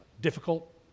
difficult